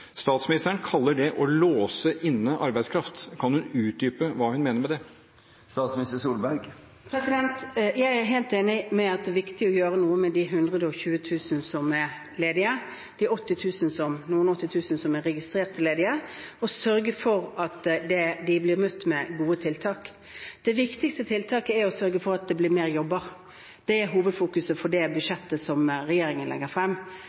Statsministeren kaller det å låse inne arbeidskraft. Kan hun utdype hva hun mener med det? Jeg er helt enig i at det er viktig å gjøre noe med de 120 000 som er ledige, de noen og åtti tusen som er registrert ledige, og sørge for at de blir møtt med gode tiltak. Det viktigste tiltaket er å sørge for at det blir flere jobber. Det er hovedfokuset for det budsjettet som regjeringen legger frem,